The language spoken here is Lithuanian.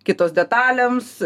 kitos detalėms